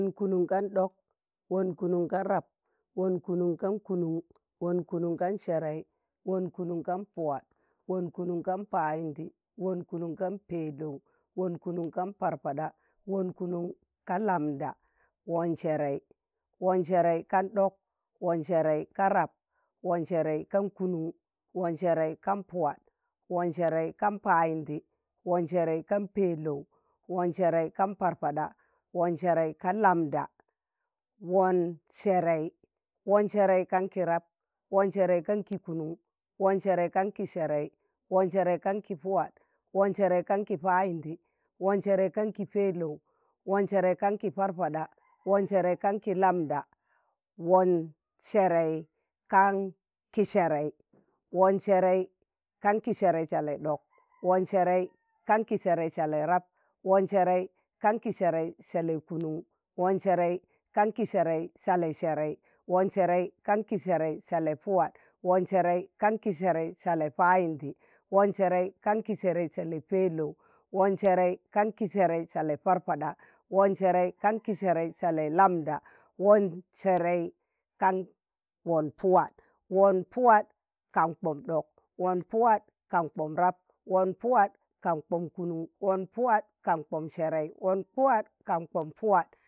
wọn kụnụn ka ɗọk. wọn kụnụn ka rap. wọn kụnụn ka kụnụn. wọn kụnụn ka sẹrẹị. wọn kụnụn ka pụwa. wọn kụnụn ka payịndi. wọn kụnun ka pẹlọụ. wọn kụnụn ka parpaɗa. wọn kụnụn ka lamɗawọn Sẹrẹị. wọn sẹrẹị kan ɗọk. wọn sẹrẹị ka rap. wọn sẹrẹị kan kụnụn. wọn sẹrẹị kan sẹrẹị. wọn sẹrẹị kan pụwa. wọn sẹrẹị kan payịndị. wọn sẹrẹị kan pẹlọụ. wọn sẹrẹị kan parpaɗa. wọn sẹrẹị ka lamda. wọn serei. wọn serei kan kirap. wọn serei kan ki kunun. wọn serei kan ki serai. wọn sẹrẹị kan kị pụwa. wọn sẹrẹị kan kị payịndị. wọn sẹrẹị kan kị pẹlọụ. wọn sẹrẹị kan kị parpaɗa. wọn serei kan ki lambɗa. wọn serei kan ki serei. wọn sẹrẹị kan kị sẹrẹị salị ɗọk. wọn sẹrẹị kan kị sẹrẹị salị rap. wọn sẹrẹị kan kị sẹrẹị salị sẹrẹị. wọn sẹrẹị kan kị sẹrẹị salị pụwa. wọn sẹrẹị kan kị sẹrẹị salị payịndị. wọn sẹrẹị kan kị sẹrẹị salị pẹlọụ. wọn sẹrẹị kan kị sẹrẹị salị pụrpaɗa. wọn sẹrẹị kan kị sẹrẹị salị lamɗa. wọn sẹrẹị kan wọn pụwa. wọn pụwa kan kpọm ɗọk. wọn pụwa kan kpọm rap. wọn pụwa kan kpọm kụnun. wọn pụwa kan kpọm sẹrẹi,̣wọn pụwa kan kpọm pụwa,